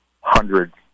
hundreds